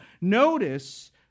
notice